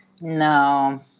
no